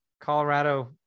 Colorado